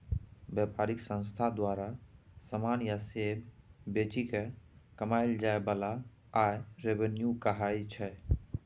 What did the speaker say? बेपारिक संस्था द्वारा समान या सेबा बेचि केँ कमाएल जाइ बला आय रेवेन्यू कहाइ छै